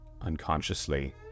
unconsciously